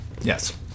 Yes